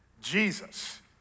Jesus